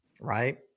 right